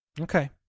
Okay